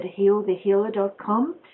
healthehealer.com